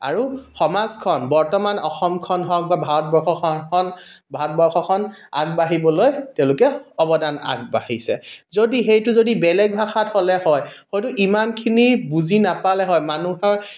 আৰু সমাজখন বৰ্তমান অসমখন হওক বা ভাৰতবৰ্ষখন ভাৰতবৰ্ষখন আগবাঢ়িবলৈ তেওঁলোকে অৱদান আগবাঢ়িছে যদি সেইটো যদি বেলেগ ভাষাত হ'লে হয় হয়তো ইমানখিনি বুজি নাপালে হয় মানহৰ